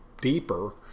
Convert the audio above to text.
deeper